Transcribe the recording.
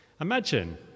Imagine